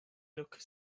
looked